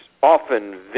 often